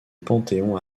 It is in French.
panthéon